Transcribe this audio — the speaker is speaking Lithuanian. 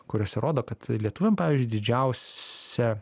kuriose rodo kad lietuviam pavyzdžiui didžiausią